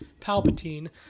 Palpatine